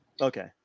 Okay